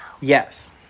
Yes